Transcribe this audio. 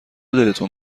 دلتون